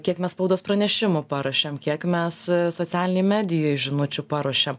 kiek mes spaudos pranešimų paruošėm kiek mes socialinėj medijoj žinučių paruošėm